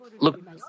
look